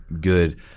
good